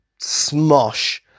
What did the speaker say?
Smosh